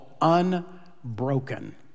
Unbroken